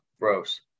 gross